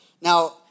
Now